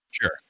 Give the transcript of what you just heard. Sure